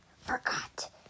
forgot